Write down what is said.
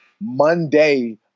monday